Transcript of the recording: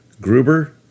Gruber